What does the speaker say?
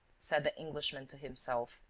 said the englishman to himself.